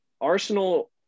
Arsenal